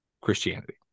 Christianity